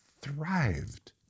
thrived